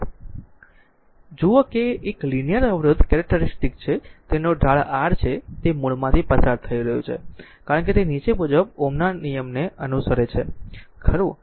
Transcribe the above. જો જુઓ કે આ એક લીનીયર અવરોધ કેરેક્ટેરીસ્ટીક છે તો તેનો ઢાળ R છે તે મૂળમાંથી પસાર થઈ રહ્યું છે કારણ કે આ નીચે મુજબ Ω ના લો ને અનુસરે છે ખરું